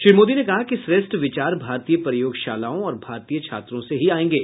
श्री मोदी ने कहा कि श्रेष्ठ विचार भारतीय प्रयोगशालाओं और भारतीय छात्रों से ही आएंगे